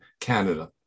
Canada